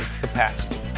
capacity